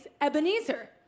Ebenezer